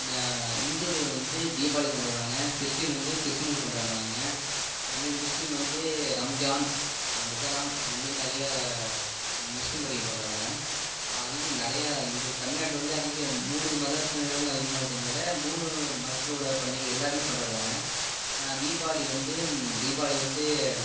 இந்துக்கள் வந்து தீபாவளி கொண்டாடுவாங்கள் கிறிஸ்ட்டின் வந்து கிறிஸ்மஸ்ஸு கொண்டாடுவாங்கள் அது மாரி முஸ்லீம் வந்து ரம்ஜான் முகரம் அதுமாரி நிறைய முஸ்லீம் பண்டிகை கொண்டாடுவாங்கள் அதிகம் நிறையா இங்கே தமிழ்நாட்டில் வந்து அதிக மூணு மதத்தினரும் அதிகமாக இருக்கிறதுனால மூணு மதத்தில் உள்ளே பண்டிகை எல்லோருமே கொண்டாடுவாங்கள் தீபாவளி வந்து தீபாவளி வந்து